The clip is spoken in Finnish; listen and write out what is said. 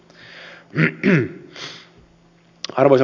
arvoisa puhemies